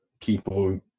people